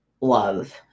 love